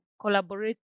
collaborate